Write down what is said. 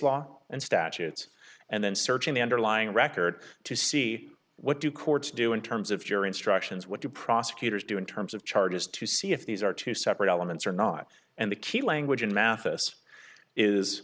law and statutes and then searching the underlying record to see what do courts do in terms of jury instructions what do prosecutors do in terms of charges to see if these are two separate elements or not and the key language in math us is